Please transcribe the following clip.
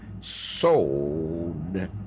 sold